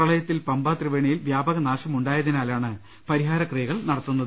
പ്രളയത്തിൽ പമ്പാ ത്രിവേണിയിൽ വ്യാപകനാശം ഉണ്ടായതിനാലാണ് പരിഹാരക്രിയകൾ നടത്തുന്നത്